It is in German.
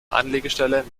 anlegestelle